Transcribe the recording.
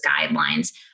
guidelines